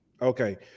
Okay